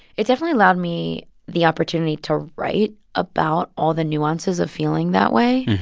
it definitely allowed me the opportunity to write about all the nuances of feeling that way.